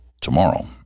tomorrow